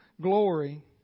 glory